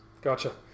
Gotcha